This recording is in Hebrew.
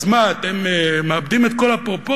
אז מה, אתם מאבדים את כל הפרופורציות?